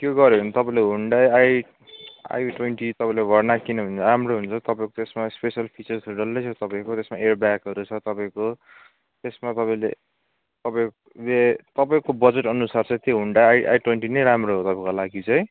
त्यो गर्यो भने तपाईँले ह्युन्डाई आई आई ट्वेन्टी तपाईँले भर्ना किन्नुभयो भने राम्रो हुन्छ तपाईँको त्यसमा स्पेसल फिचर्सहरू डल्लै छ तपाईँको त्यसमा एयरबेगहरू छ तपाईँको त्यसमा तपाईँले तपाईँले तपाईँको बजट अनुसार चाहिँ त्यो ह्युन्डाइ आई आई ट्वेन्टी नै राम्रो हो तपाईँको लागि चाहिँ